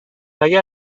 اگر